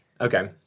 Okay